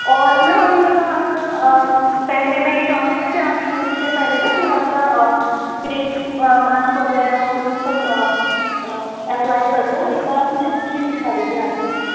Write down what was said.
और मैम अभी हमें आपका पहले मैं ये चाहूंगी जैसे आप शूट से पहले ना थोड़ा सा फेस मास वगैरह और वो सब अप्लाइ कर लो एक बार आप स्कीम दिखा देते आके अपनी